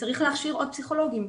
וצריך להכשיר עוד פסיכולוגים,